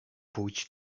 pójdź